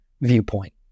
viewpoint